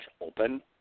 open